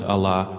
Allah